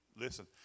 Listen